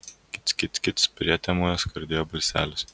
kic kic kic prietemoje skardėjo balselis